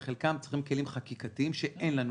וחלקם צריכים כלים חקיקתיים שאין לנו